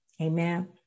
amen